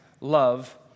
love